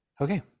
Okay